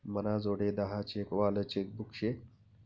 मनाजोडे दहा चेक वालं चेकबुक शे